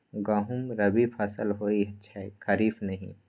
गहुम रबी फसल होए छै खरीफ नहि